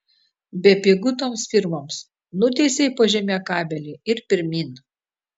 bepigu toms firmoms nutiesei po žeme kabelį ir pirmyn